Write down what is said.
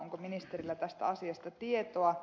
onko ministerillä tästä asiasta tietoa